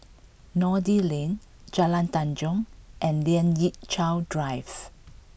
Noordin Lane Jalan Tanjong and Lien Ying Chow Drive